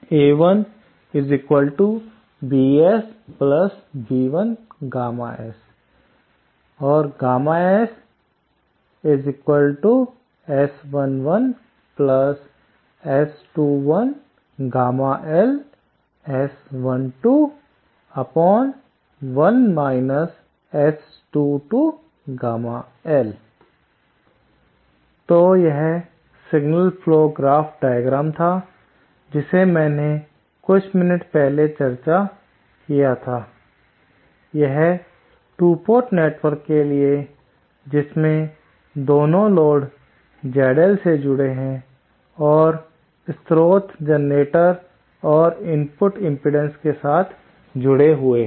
a bs bΓs Γs S11 1 21SLS12 तो यह signal flow graph diagram था जिसे मैंने कुछ मिनट पहले चर्चा किया था यह 2 पोर्ट नेटवर्क के लिए जिसमें दोनों लोड ZL से जुड़े है और स्त्रोत जनरेटर और इनपुट इम्पीडेन्स के साथ जुड़े हुए हैं